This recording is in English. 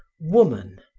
woman,